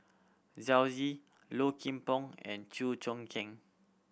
Yao Zi Low Kim Pong and Chew Choo Keng